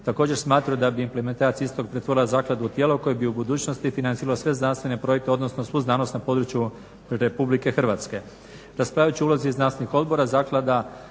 Također smatraju da bi implementacija istog pretvorila zakladu u tijelo, koje bi u budućnosti financirali sve znanstvene projekte odnosno svu znanost na području Republike Hrvatske.